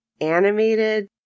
animated